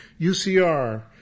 UCR